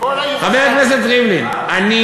כל, חבר הכנסת ריבלין, אני